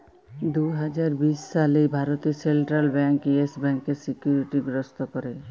দু হাজার বিশ সালে ভারতে সেলট্রাল ব্যাংক ইয়েস ব্যাংকের সিকিউরিটি গ্রস্ত ক্যরে